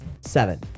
Seven